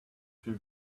two